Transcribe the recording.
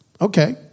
Okay